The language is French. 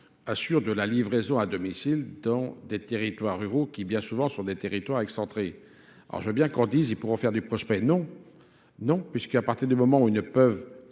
assurent de la livraison à domicile dans des territoires ruraux qui, bien souvent, sont des territoires excentrés. Alors je veux bien qu'on dise, ils pourront faire du prospect. Non, non, puisqu'à partir des moments où ils ne peuvent